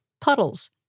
puddles